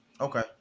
Okay